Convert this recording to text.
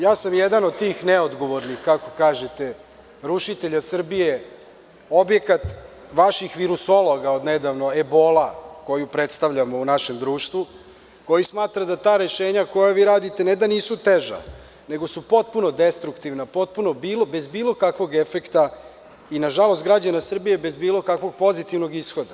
Ja sam jedan od tih neodgovornih kako kažete, rušitelja Srbije, objekat vaših virusologa od nedavno, ebola koju predstavljamo u našem društvu, koji smatra da ta rešenja koja vi radite, ne da nisu teža, nego su potpuno destruktivna, potpuno bez bilo kakvog efekta i nažalost građana Srbije, bez bilo kakvog pozitivnog ishoda.